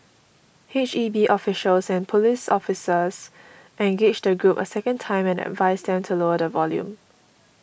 H E B officials and police officers engaged the group a second time and advised them to lower the volume